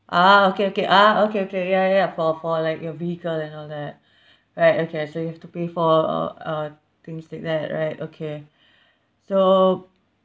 ah okay okay ah okay okay ya ya for for like your vehicle and all that right okay uh so you have to pay for uh uh things like that alright okay so